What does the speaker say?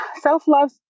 self-love